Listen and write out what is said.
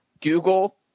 Google